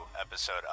episode